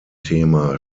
thema